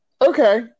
Okay